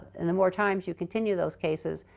and the more times you continue those cases,